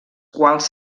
quals